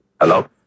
Hello